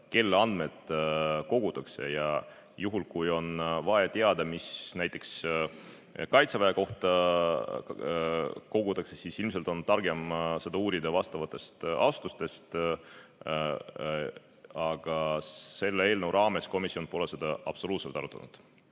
kelle andmeid kogutakse. Juhul, kui on vaja teada, mis [andmeid] näiteks kaitseväe kohta kogutakse, siis ilmselt on targem seda uurida vastavatest asutustest. Aga selle eelnõu raames pole komisjon seda absoluutselt arutanud.